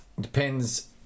depends